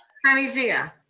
sunny zia.